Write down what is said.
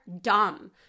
dumb